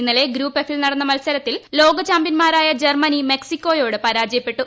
ഇന്നലെ ഗ്രൂപ്പ് എഫിൽ നടന്ന മത്സരത്തിൽ ലോകചാമ്പ്യൻമാരായ ജർമ്മനി മെക്സിക്കയോട് പരാജയപ്പെട്ടു